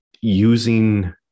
using